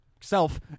self